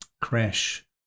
crash